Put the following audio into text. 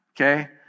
Okay